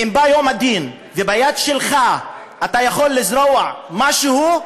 אם בא יום הדין וביד שלך אתה יכול לזרוע משהו,